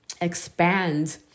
expand